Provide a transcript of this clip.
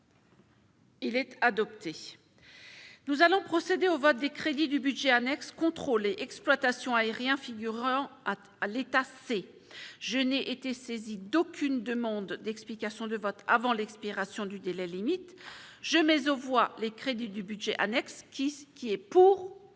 Il est adopté. Nous allons procéder au vote des crédits du budget annexe Contrôle et exploitation aériens figureront à l'État, c'est : je n'ai été saisi d'aucune demande d'explication de vote avant l'expiration du délai limite je mais on voit les crédits du budget annexe qui qui est pour.